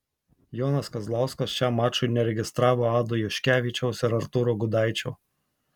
jonas kazlauskas šiam mačui neregistravo ado juškevičiaus ir artūro gudaičio